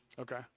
Okay